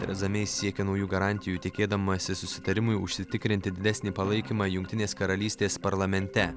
tereza mei siekė naujų garantijų tikėdamasi susitarimui užsitikrinti didesnį palaikymą jungtinės karalystės parlamente